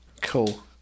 Cool